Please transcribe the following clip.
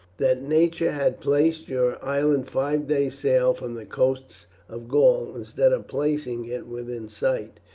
that nature had placed your island five days' sail from the coasts of gaul, instead of placing it within sight.